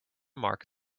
mark